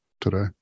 today